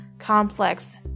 complex